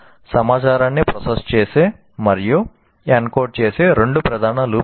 సమాచారాన్ని ప్రాసెస్ చేసే మరియు ఎన్కోడ్ చేసే రెండు ప్రధాన లూప్స్ ఇవి